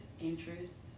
interest